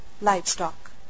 livestock